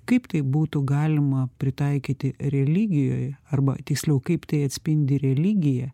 kaip tai būtų galima pritaikyti religijoj arba tiksliau kaip tai atspindi religiją